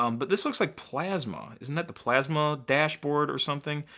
um but this looks like plasma. isn't that the plasma dashboard or something?